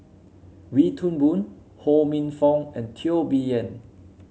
Wee Toon Boon Ho Minfong and Teo Bee Yen